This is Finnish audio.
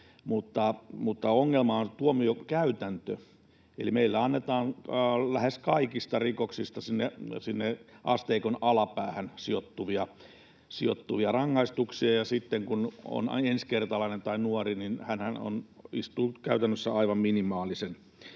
Ongelma on tuomiokäytäntö, eli meillä annetaan lähes kaikista rikoksista sinne asteikon alapäähän sijoittuvia rangaistuksia, ja sitten kun on ensikertalainen tai nuori, niin hänhän istuu käytännössä aivan minimaalisen